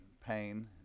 pain